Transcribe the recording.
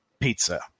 pizza